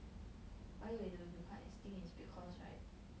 why we will become extinct is because right